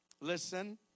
listen